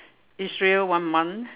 Israel one month